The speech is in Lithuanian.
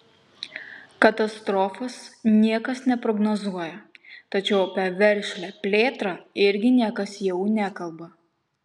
katastrofos niekas neprognozuoja tačiau apie veržlią plėtrą irgi niekas jau nekalba